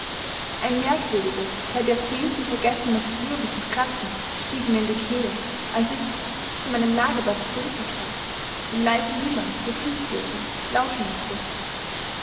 ein merkwürdiges seit jahrzehnten vergessenes würgen und kratzen stieg mir in die kehle als ich zu meinem lagerplatz zurückgekehrt dem leisen wimmern des hülflosen lauschen mußte